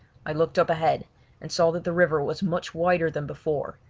i looked up ahead and saw that the river was much wider than before,